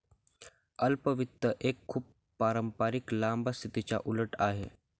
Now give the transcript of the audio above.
अल्प वित्त एक खूप पारंपारिक लांब स्थितीच्या उलट आहे